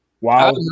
Wow